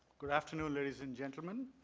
good afternoon ladies and gentlemen.